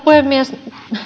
puhemies